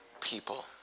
people